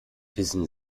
wissen